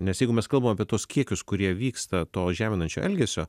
nes jeigu mes kalbam apie tuos kiekius kurie vyksta to žeminančio elgesio